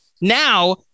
Now